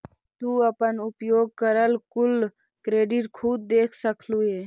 तू अपन उपयोग करल कुल क्रेडिट खुद देख सकलू हे